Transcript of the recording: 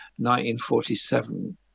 1947